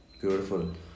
beautiful